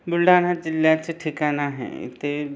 बुलढाणा जिल्ह्याचे ठिकाण आहे इथे